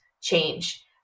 change